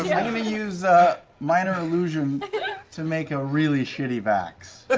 yeah going to use minor illusion to make a really shitty vax.